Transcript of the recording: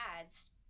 ads